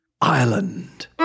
Ireland